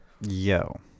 Yo